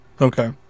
okay